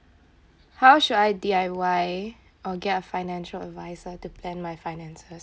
how should I D_I_Y or get a financial advisor to plan my finances